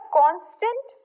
constant